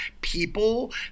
people